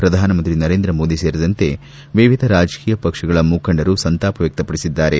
ಪ್ರಧಾನಮಂತ್ರಿ ನರೇಂದ್ರ ಮೋದಿ ಸೇರಿದಂತೆ ವಿವಿಧ ರಾಜಕೀಯ ಪಕ್ಷದ ಮುಖಂಡರು ಸಂತಾಪ ವ್ಯಕ್ತಪಡಿಸಿದ್ದಾರೆ